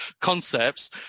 concepts